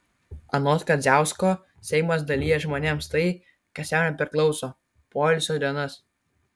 anot kadziausko seimas dalija žmonėms tai kas jam nepriklauso poilsio dienas